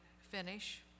finish